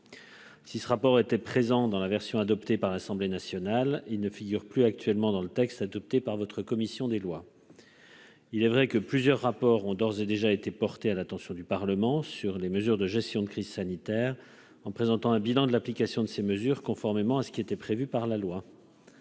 si ce rapport était présent dans la version adoptée par l'Assemblée nationale, il ne figure plus actuellement dans le texte adopté par votre commission des lois. Il est vrai que plusieurs rapports ont d'ores et déjà été portés à l'attention du Parlement sur les mesures de gestion de crise sanitaire en présentant un bilan de l'application de ces mesures, conformément à ce qui était prévu par la loi.